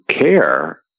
care